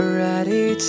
ready